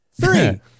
Three